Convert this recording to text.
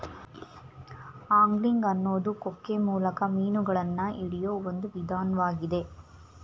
angling ಅನ್ನೋದು ಕೊಕ್ಕೆ ಮೂಲಕ ಮೀನುಗಳನ್ನ ಹಿಡಿಯೋ ಒಂದ್ ವಿಧಾನ್ವಾಗಿದೆ